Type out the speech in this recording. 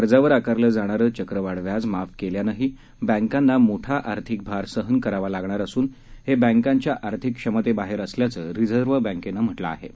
कर्जावर आकारलं जाणारं चक्रवाढव्याज माफ केल्यानंही बँकांना मोठा आर्थिक भार सहन करावा लागणार असून हे बॅंकांच्या आर्थिक क्षमतेबाहेर असल्याचं रिझर्व्ह बॅंकेनं म्हटलं आहे